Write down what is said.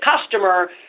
customer